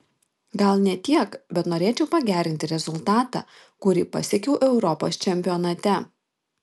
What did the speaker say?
gal ne tiek bet norėčiau pagerinti rezultatą kurį pasiekiau europos čempionate